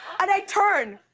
and i turn,